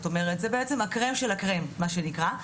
זה בעצם הקרם של הקרם, מה שנקרא.